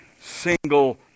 single